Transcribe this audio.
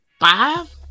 five